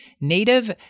Native